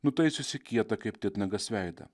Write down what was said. nutaisiusi kietą kaip titnagas veidą